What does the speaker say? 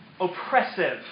oppressive